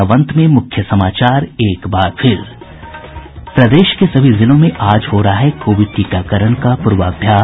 और अब अंत में मुख्य समाचार प्रदेश के सभी जिलों में आज हो रहा है कोविड टीकाकरण का पूर्वाभ्यास